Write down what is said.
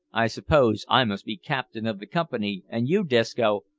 i suppose i must be captain of the company, and you, disco,